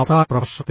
അവസാന പ്രഭാഷണത്തിൽ